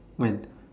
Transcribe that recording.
when